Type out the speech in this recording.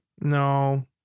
No